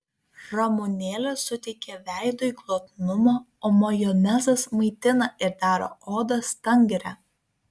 ramunėlės suteikia veidui glotnumo o majonezas maitina ir daro odą stangrią